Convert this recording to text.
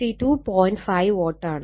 5 Watt ആണ്